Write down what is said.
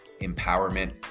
empowerment